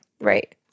Right